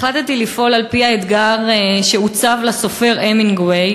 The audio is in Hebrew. החלטתי לפעול על-פי האתגר שהוצב לסופר המינגווי,